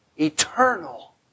eternal